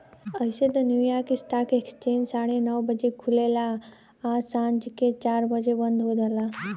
अइसे त New York stock exchange साढ़े नौ बजे खुलेला आ सांझ के चार बजे बंद हो जाला